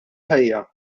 ħajja